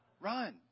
Run